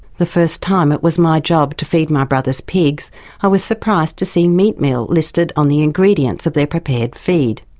the first time it was my job to feed my brother's pigs i was surprised to see meatmeal listed on the ingredients of their prepared feed.